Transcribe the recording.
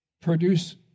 produce